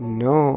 no